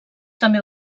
també